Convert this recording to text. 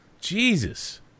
Jesus